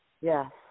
Yes